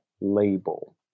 label